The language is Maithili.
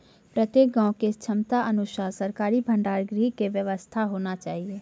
प्रत्येक गाँव के क्षमता अनुसार सरकारी भंडार गृह के व्यवस्था होना चाहिए?